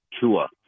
Tua